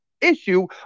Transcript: Issue